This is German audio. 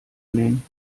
nehmen